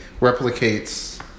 replicates